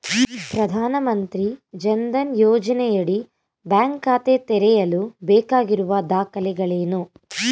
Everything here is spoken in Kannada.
ಪ್ರಧಾನಮಂತ್ರಿ ಜನ್ ಧನ್ ಯೋಜನೆಯಡಿ ಬ್ಯಾಂಕ್ ಖಾತೆ ತೆರೆಯಲು ಬೇಕಾಗಿರುವ ದಾಖಲೆಗಳೇನು?